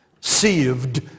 saved